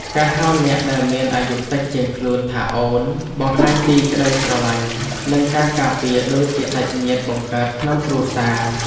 ការហៅអ្នកដែលមានអាយុតិចជាងខ្លួនថាអូនបង្ហាញពីក្ដីស្រឡាញ់និងការការពារដូចជាសាច់ញាតិបង្កើតក្នុងគ្រួសារ។